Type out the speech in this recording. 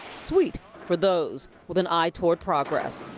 sweet for those with an eye toward progress.